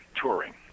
touring